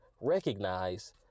recognize